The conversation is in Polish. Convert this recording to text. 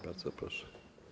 Bardzo proszę.